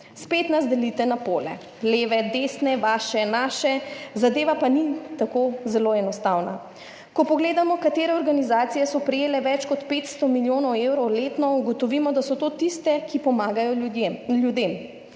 Spet nas delite na pole, leve, desne, vaše, naše, zadeva pa ni tako zelo enostavna. Ko pogledamo, katere organizacije so prejele več kot 500 milijonov evrov letno, ugotovimo, da so to tiste, ki pomagajo ljudem.